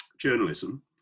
journalism